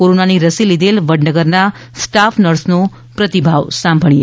કોરોનાની રસી લીઘેલ વડનગરના સ્ટાફનર્સનો પ્રતિભાવ સાંભળીએ